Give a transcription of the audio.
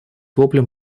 воплем